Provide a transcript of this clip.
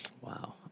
Wow